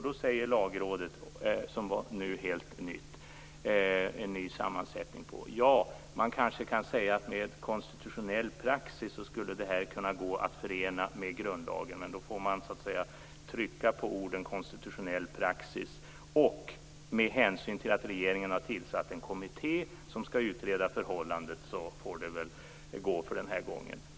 Då sade Lagrådet, som nu hade en helt ny sammansättning: Ja, man kanske kan säga att med konstitutionell praxis skulle det kunna gå att förena med grundlagen, men då får man trycka på orden konstitutionell praxis. Med hänsyn till att regeringen tillsatt en kommitté som skall utreda förhållandet får det väl gå för den här gången.